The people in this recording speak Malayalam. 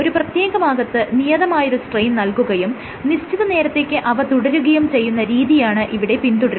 ഒരു പ്രത്യേക ഭാഗത്ത് നിയതമായ ഒരു സ്ട്രെയിൻ നൽകുകയും നിശ്ചിത നേരത്തേക്ക് അവ തുടരുകയും ചെയ്യുന്ന രീതിയാണ് ഇവിടെ പിന്തുടരുന്നത്